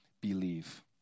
believe